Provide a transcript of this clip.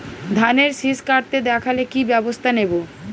ধানের শিষ কাটতে দেখালে কি ব্যবস্থা নেব?